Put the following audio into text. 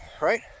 right